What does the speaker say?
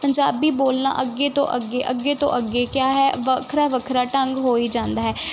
ਪੰਜਾਬੀ ਬੋਲਣਾ ਅੱਗੇ ਤੋਂ ਅੱਗੇ ਅੱਗੇ ਤੋਂ ਅੱਗੇ ਕਿਆ ਹੈ ਵੱਖਰਾ ਵੱਖਰਾ ਢੰਗ ਹੋ ਹੀ ਜਾਂਦਾ ਹੈ